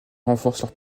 renforcent